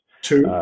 two